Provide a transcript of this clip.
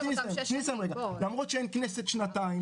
למרות שאין כנסת שנתיים,